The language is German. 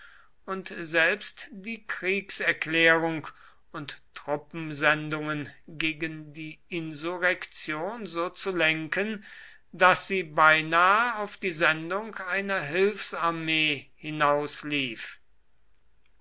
und selbst die kriegserklärung und truppensendungen gegen die insurrektion so zu lenken daß sie beinahe auf die sendung einer